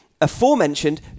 aforementioned